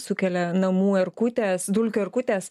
sukelia namų erkutes dulkių erkutes